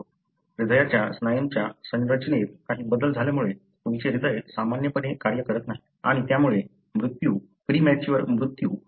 हृदयाच्या स्नायूंच्या संरचनेत काही बदल झाल्यामुळे तुमचे हृदय सामान्यपणे कार्य करत नाही आणि त्यामुळे मृत्यू प्रीमॅच्युअर मृत्यू होऊ शकतो